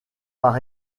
par